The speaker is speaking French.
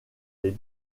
les